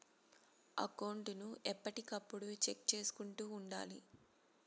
account ను ఎప్పటికప్పుడు check చేసుకుంటూ ఉండాలి